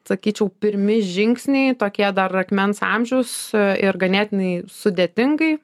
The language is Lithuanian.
sakyčiau pirmi žingsniai tokie dar akmens amžius ir ganėtinai sudėtingai